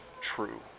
true